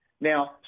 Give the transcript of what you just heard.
Now